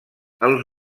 als